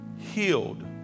healed